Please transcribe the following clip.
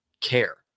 care